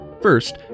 First